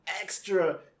extra